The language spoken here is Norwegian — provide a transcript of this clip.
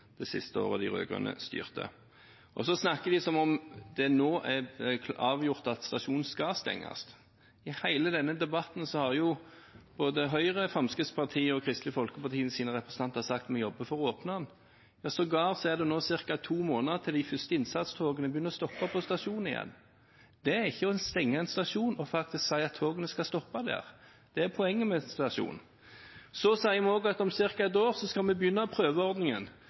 det siste året de rød-grønne styrte. Og så snakker de som om det nå er avgjort at stasjonen skal stenges. I hele denne debatten har jo både Høyre, Fremskrittspartiet og Kristelig Folkepartis representanter sagt at de jobber for å åpne den. Sågar er det nå ca. to måneder til de første innsatstogene begynner å stoppe på stasjonen igjen. Det er ikke å stenge en stasjon å si at togene skal stoppe der; det er poenget med stasjonen. Så sier vi også at om ca. ett år skal vi begynne prøveordningen